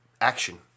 action